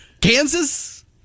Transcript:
Kansas